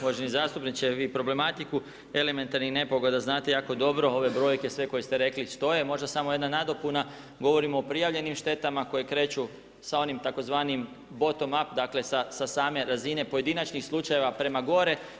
Uvaženi zastupniče, vi problematiku elementarnih nepogoda, znate jako dobre, ove brojke sve koje ste rekli, stoje, možda samo jedna nadopuna, govorimo o prijavljenim štetama, koji kreću, sa onim tzv. … dakle, sa same razine pojedinačnih slučajeva prema gore.